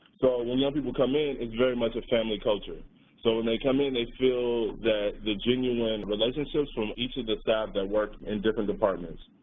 when young um people come in, it's very much a family culture so when they come in they feel that the genuine relationships from each of the staff that work in different departments.